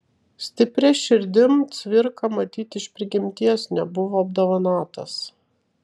stipria širdim cvirka matyt iš prigimties nebuvo apdovanotas